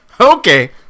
okay